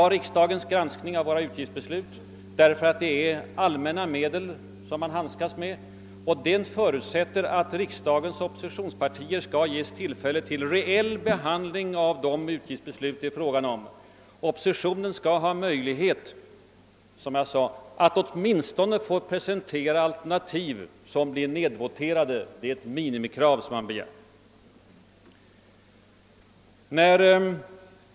Riksdagens granskning av våra utgiftsbeslut bygger på att det är allmänna medel som vi handskas med. Granskningen förutsätter att riksdagens oppositionspartier skall ges tillfälle till reell behandling av utgiftsbesluten. Oppositionen skall, som jag sade, åtminstone få presentera alternativ som kan bli nedvoterade — det är ett minimikrav.